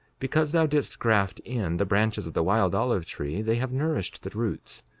because thou didst graft in the branches of the wild olive-tree they have nourished the roots,